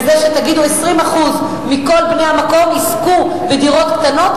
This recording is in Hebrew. בזה שתגידו ש-20% מכל בני המקום יזכו בדירות קטנות,